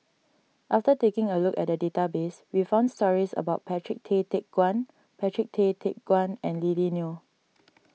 after taking a look at the database we found stories about Patrick Tay Teck Guan Patrick Tay Teck Guan and Lily Neo